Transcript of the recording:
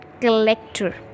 collector